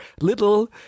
little